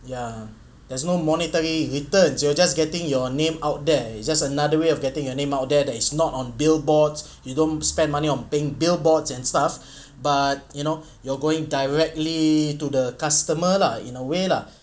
ya there's no monetary returns you're just getting your name out there it's just another way of getting your name out there that is not on billboards you don't spend money on paying billboards and stuff but you know you're going directly to the customer lah in a way lah